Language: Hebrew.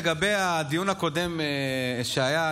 לגבי הדיון הקודם שהיה,